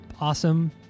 awesome